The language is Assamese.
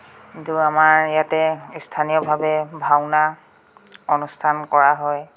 কিন্তু আমাৰ ইয়াত স্থানীয়ভাৱে ভাওনা অনুষ্ঠান কৰা হয়